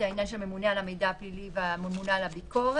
והעניין של הממונה על המידע הפלילי והממונה על הביקורת.